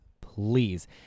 please